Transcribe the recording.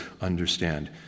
understand